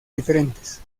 diferentes